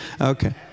Okay